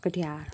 Katihar